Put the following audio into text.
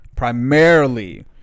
primarily